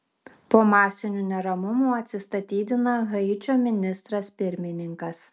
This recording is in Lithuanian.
po masinių neramumų atsistatydina haičio ministras pirmininkas